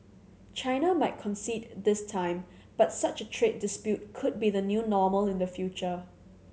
China might concede this time but such a trade dispute could be the new normal in the future